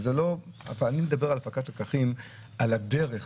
אני מדבר בהפקת לקחים על הדרך